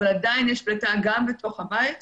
אבל עדיין יש פליטה גם בתוך הבית,